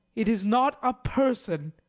it is not a person.